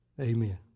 Amen